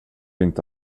inte